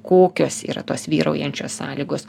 kokios yra tos vyraujančios sąlygos